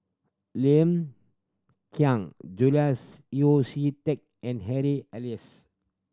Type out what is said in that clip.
Lim Kiang Julias Yeo See Teck and Harry Elias